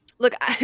Look